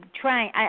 trying